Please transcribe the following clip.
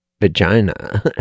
vagina